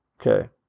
okay